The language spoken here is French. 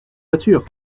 voiture